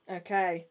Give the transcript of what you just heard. okay